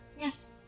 Yes